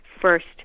first